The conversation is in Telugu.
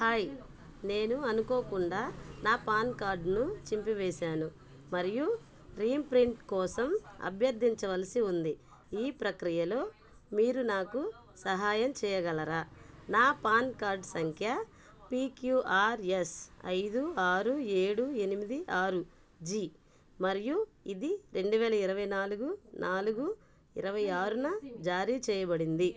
హాయ్ నేను అనుకోకుండా నా పాన్ కార్డ్ను చింపివేశాను మరియు రీప్రింట్ కోసం అభ్యర్థించవలసి ఉంది ఈ ప్రక్రియలో మీరు నాకు సహాయం చేయగలరా నా పాన్ కార్డ్ సంఖ్య పీ క్యూ ఆర్ ఎస్ ఐదు ఆరు ఏడు ఎనిమిది ఆరు జీ మరియు ఇది రెండు వేల ఇరవై నాలుగు నాలుగు ఇరవై ఆరున జారీ చేయబడింది